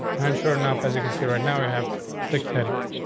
and sure enough as you can see right now, we have six headings.